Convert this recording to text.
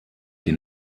den